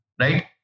right